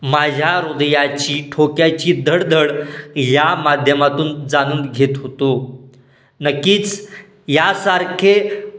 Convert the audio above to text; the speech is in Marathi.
माझ्या हृदयाची ठोक्याची धडधड या माध्यमातून जाणून घेत होतो नक्कीच यासारखे